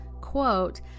quote